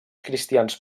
cristians